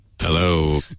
Hello